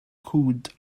cwd